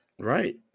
Right